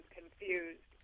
confused